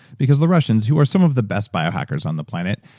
because the russians, who are some of the best biohackers on the planet,